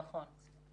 נכון.